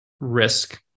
risk